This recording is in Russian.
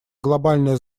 глобальное